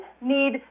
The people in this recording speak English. need